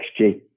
XG